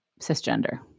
cisgender